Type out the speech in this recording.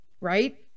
right